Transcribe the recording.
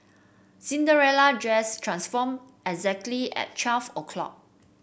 Cinderella dress transformed exactly at twelve o' clock